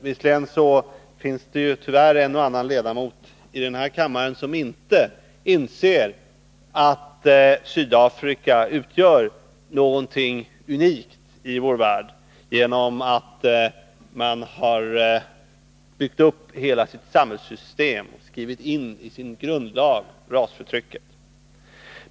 Visserligen finns det tyvärr en och annan ledamot av den här kammaren som inte inser att Sydafrika utgör någonting unikt i vår värld genom att man har byggt upp hela sitt samhällssystem kring rasförtrycket, skrivit in det i sin grundlag.